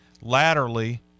laterally